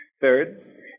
Third